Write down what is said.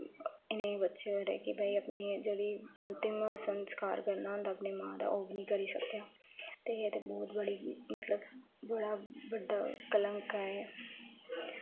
इन्ने बच्चे होए दे की भई अपनी जेह्ड़ी अंतिम संस्कार करना होंदा अपनी मां दा ओह् बी निं करी सकेआ ते एह् ते बहुत बड़ी मतलब बड़ा बड्डा कलंक ऐ एह्